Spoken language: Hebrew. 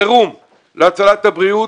תוכנית חירום להצלת הבריאות,